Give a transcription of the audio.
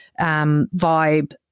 vibe